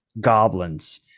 goblins